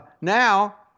now